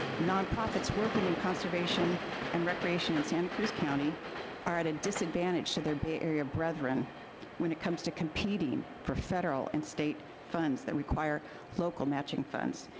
nonprofits working in conservation and recreation in santa cruz county are at a disadvantage to their bay area brethren when it comes to competing for federal and state funds that require local matching funds.